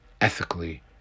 ethically